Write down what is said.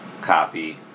copy